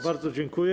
Bardzo dziękuję.